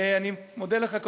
אני מודה לך,